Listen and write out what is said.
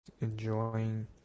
enjoying